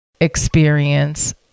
experience